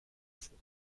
fond